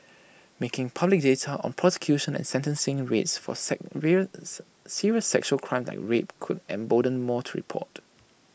making public data on prosecution and sentencing rates for serious sexual crimes like rape could embolden more to report